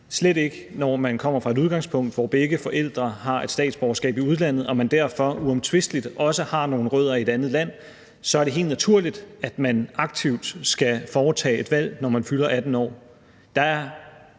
slet ikke, når man kommer fra et udgangspunkt, hvor begge forældre har statsborgerskab i udlandet, og man derfor uomtvisteligt også har nogle rødder i et andet land. Så er det helt naturligt, at man aktivt skal foretage et valg, når man fylder 18 år. Der er